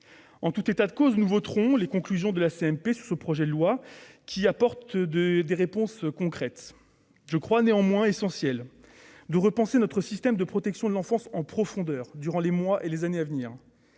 En tout état de cause, nous voterons les conclusions de la commission mixte paritaire sur ce projet de loi, qui apporte des réponses concrètes. Je crois néanmoins essentiel de repenser notre système de protection de l'enfance en profondeur durant les mois et les années à venir.